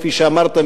כפי שאמרת,